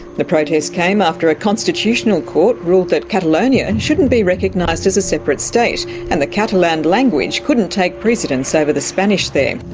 the protest came after a constitutional court ruled that catalonia and shouldn't be recognised as a separate state and the catalan language couldn't take precedence over the spanish there.